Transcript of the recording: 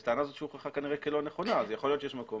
זו טענה שהוכחה כלא נכונה, ויכול להיות שיש מקום